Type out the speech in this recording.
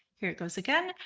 here it goes again,